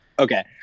Okay